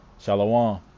Shalom